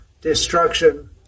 destruction